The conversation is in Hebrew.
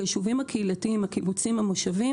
כי ביישובים הקהילתיים הקיבוצים, המושבים